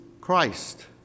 Christ